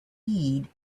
heed